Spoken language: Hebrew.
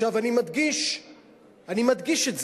אני מדגיש את זה,